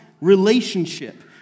relationship